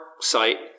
site –